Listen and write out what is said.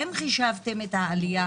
האם חישבתם את העלייה